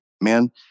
man